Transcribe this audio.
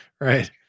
Right